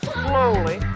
slowly